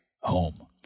home